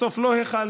בסוף לא החלנו,